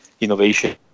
innovation